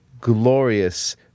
glorious